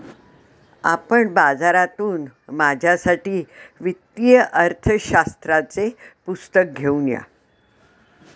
आपण बाजारातून माझ्यासाठी वित्तीय अर्थशास्त्राचे पुस्तक घेऊन या